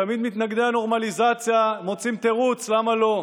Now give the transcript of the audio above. תמיד מתנגדי הנורמליזציה מוצאים תירוץ למה לא.